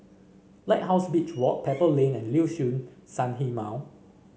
Lighthouse Beach Walk Pebble Lane and Liuxun Sanhemiao